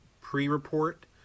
pre-report